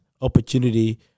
opportunity